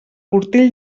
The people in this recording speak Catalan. portell